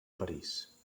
parís